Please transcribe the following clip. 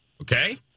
Okay